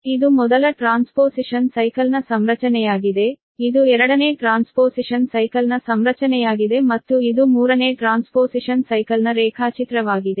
ಆದ್ದರಿಂದ ಇದು ಮೊದಲ ಟ್ರಾನ್ಸ್ಪೋಸಿಷನ್ ಸೈಕಲ್ನ ಸಂರಚನೆಯಾಗಿದೆ ಇದು ಎರಡನೇ ಟ್ರಾನ್ಸ್ಪೋಸಿಷನ್ ಸೈಕಲ್ನ ಸಂರಚನೆಯಾಗಿದೆ ಮತ್ತು ಇದು ಮೂರನೇ ಟ್ರಾನ್ಸ್ಪೋಸಿಷನ್ ಸೈಕಲ್ನ ರೇಖಾಚಿತ್ರವಾಗಿದೆ